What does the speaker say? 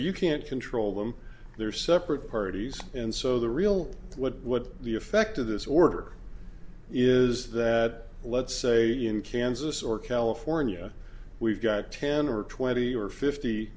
you can't control them they're separate parties and so the real what the effect of this order is that let's say in kansas or california we've got ten or twenty or fifty